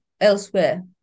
elsewhere